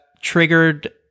triggered